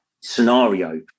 scenario